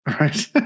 Right